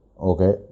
okay